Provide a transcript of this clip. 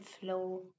flow